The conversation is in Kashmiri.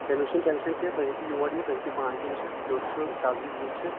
تمیُٚک چھُنہٕ ٹینشَن کینٛہہ تُہۍ ہیٚکِو یور یِتھ تُہۍ ہیٚکِو پانہٕ تہِ وٕچھِتھ کیُٚتھ چھُ سبزی کِس چھ